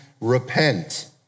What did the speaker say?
Repent